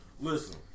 Listen